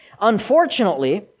Unfortunately